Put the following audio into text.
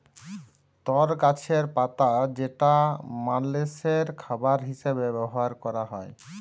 তর গাছের পাতা যেটা মালষের খাবার হিসেবে ব্যবহার ক্যরা হ্যয়